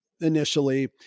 initially